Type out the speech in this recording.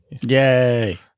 Yay